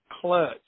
clutch